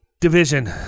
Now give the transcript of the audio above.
division